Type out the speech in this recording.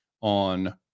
on